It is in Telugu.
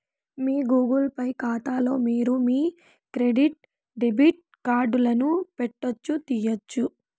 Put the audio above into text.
మీ గూగుల్ పే కాతాలో మీరు మీ క్రెడిట్ డెబిట్ కార్డులను పెట్టొచ్చు, తీయొచ్చు